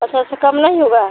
अच्छा इससे कम नहीं होगा